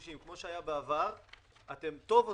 לגבי עניין הדיור להשכרה קודם